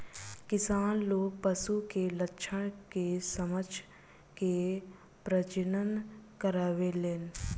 किसान लोग पशु के लक्षण के समझ के प्रजनन करावेलन